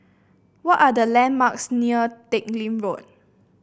what are the landmarks near Teck Lim Road